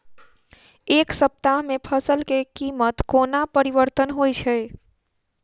एक सप्ताह मे फसल केँ कीमत कोना परिवर्तन होइ छै?